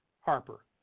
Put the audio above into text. Harper